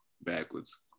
backwards